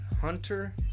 Hunter